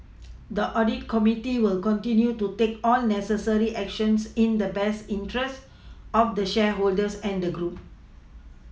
the audit committee will continue to take all necessary actions in the best interests of the shareholders and the group